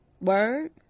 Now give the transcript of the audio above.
Word